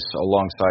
alongside